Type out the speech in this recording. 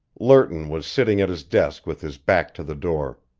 lerton was sitting at his desk with his back to the door.